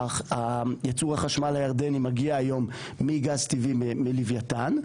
ייצור החשמל הירדני מגיע היום מגז טבעי מלווייתן.